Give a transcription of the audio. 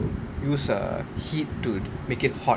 use err heat to make it hot